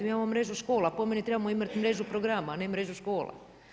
Mi imamo mrežu škola, po meni trebamo imati mrežu programa, a ne mrežu škola.